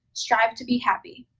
strive to be happy.